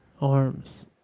arms